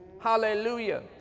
hallelujah